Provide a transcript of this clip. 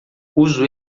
uso